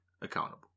accountable